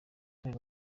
kuba